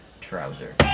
trouser